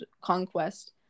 conquest